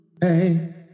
Hey